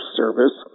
service